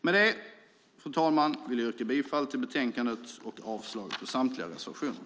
Med detta vill jag yrka bifall till utskottets förslag i betänkandet och avslag på samtliga reservationer.